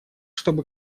чтобы